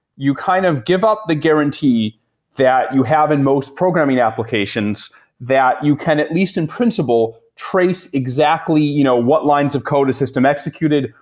you kind of give up the guarantee that you have in most programming applications that you can at least in principle trace exactly you know what lines of code a system executed,